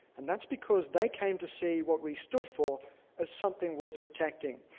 and that's because they came to see what we stood for as something worth protecting.